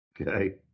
Okay